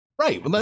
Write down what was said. right